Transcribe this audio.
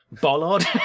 Bollard